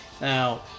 Now